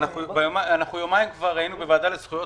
במשך יומיים אנחנו כבר בוועדה לזכויות